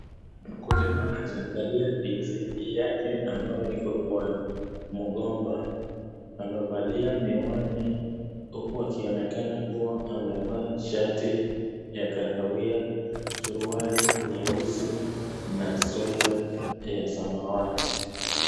Mkulima anaangalia ndizi yake ambayo hiko kwa mgomba amevalia miwani huku akionekana kuwa amevalia shati ya kaawia suruali nyeusi na soda ya samawati.